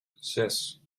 zes